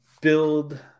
build